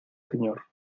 señor